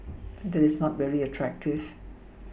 that is not very attractive